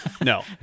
No